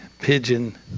Pigeon